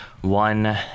one